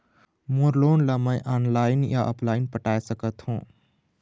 मोर loan ला मैं online या ऑफलाइन पटाए सकथों?